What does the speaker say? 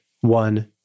one